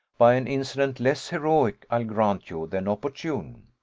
by an incident, less heroic, i'll grant you, than opportune.